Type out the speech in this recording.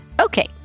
Okay